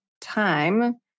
time